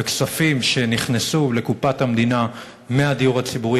וכספים שנכנסו לקופת המדינה מהדיור הציבורי,